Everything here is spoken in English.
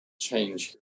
change